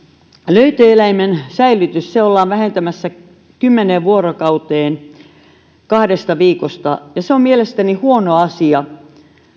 löytöeläimen säilytystä ollaan vähentämässä kymmeneen vuorokauteen kahdesta viikosta se on mielestäni huono asia